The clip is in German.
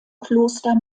kloster